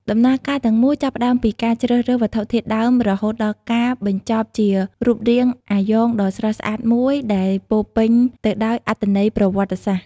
ដំណើរការទាំងមូលចាប់ផ្តើមពីការជ្រើសរើសវត្ថុធាតុដើមរហូតដល់ការបញ្ចប់ជារូបរាងអាយ៉ងដ៏ស្រស់ស្អាតមួយដែលពោរពេញទៅដោយអត្ថន័យប្រវត្តិសាស្ត្រ។